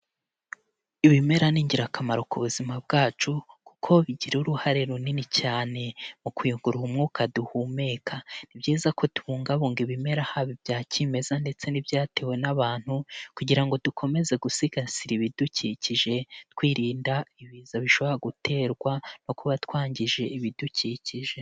Ibimera ni ingirakamaro ku buzima bwacu, kuko bigira uruhare runini cyane mukuyungurura, umwuka duhumeka, Ni byiza ko tubungabunga ibimera haba ibya kimeza ndetse n'ibyatewe n'abantu, kugira ngo dukomeze gusigasira ibidukikije twirinda ibiza bishobora guterwa no kuba twangije ibidukikije.